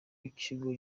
w’ikigo